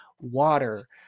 water